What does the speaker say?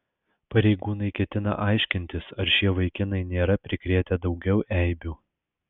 pareigūnai ketina aiškintis ar šie vaikinai nėra prikrėtę daugiau eibių